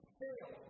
fail